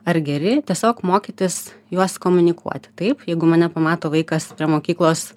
ar geri tiesiog mokytis juos komunikuoti taip jeigu mane pamato vaikas prie mokyklos